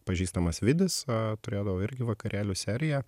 pažįstamas vidis turėdavo irgi vakarėlių seriją